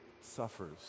suffers